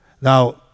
Now